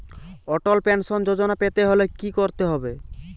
অটল pension যোজনা পেতে হলে কি করতে হবে?